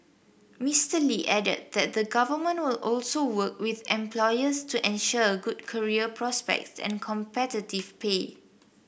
Mister Lee added that the Government will also work with employers to ensure good career prospect and competitive pay